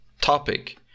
topic